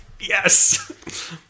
Yes